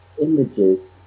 images